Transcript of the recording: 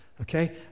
Okay